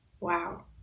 Wow